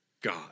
God